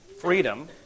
freedom